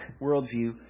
worldview